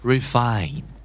Refine